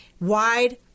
wide